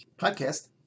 podcast